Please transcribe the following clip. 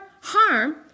harm